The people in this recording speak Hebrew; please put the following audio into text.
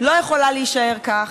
לא יכולה להישאר כך,